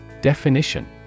Definition